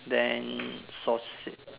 then sausage